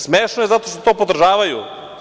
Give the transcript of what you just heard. Smešno je zato što to podržavaju.